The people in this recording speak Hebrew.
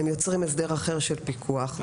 והם יוצרים הסדר אחר של פיקוח.